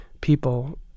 people